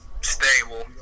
Stable